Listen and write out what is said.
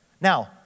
Now